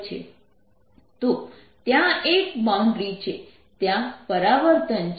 તો ત્યાં એક બાઉન્ડ્રી છે ત્યાં પરાવર્તન છે